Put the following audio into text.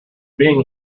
being